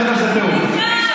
דרך אגב, זה טרור.